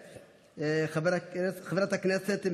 כל מי שנתון תחת מתקפות